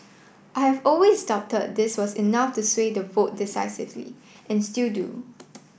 I have always doubted this was enough to sway the vote decisively and still do